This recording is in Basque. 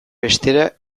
bestera